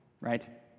right